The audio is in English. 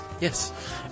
Yes